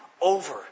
over